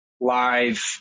live